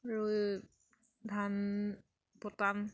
ধান পতান